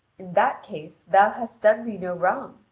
in that case, thou hast done me no wrong,